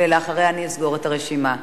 ואחר כך אני אסגור את הרשימה.